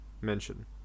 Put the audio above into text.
mention